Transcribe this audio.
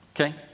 Okay